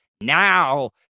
now